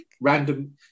random